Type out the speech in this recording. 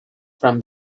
from